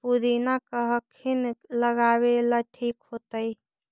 पुदिना कखिनी लगावेला ठिक होतइ?